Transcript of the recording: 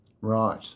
Right